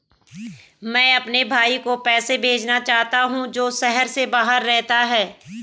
मैं अपने भाई को पैसे भेजना चाहता हूँ जो शहर से बाहर रहता है